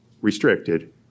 restricted